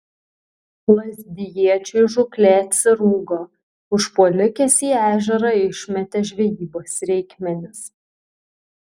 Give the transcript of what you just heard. lazdijiečiui žūklė atsirūgo užpuolikės į ežerą išmetė žvejybos reikmenis